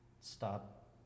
Stop